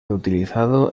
utilizado